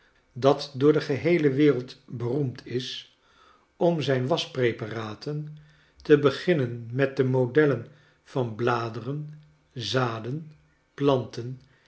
dat door de geheele wereld beroemd is om zijn was praoparaten te beginnen met de modellen vanbladeren zaden planten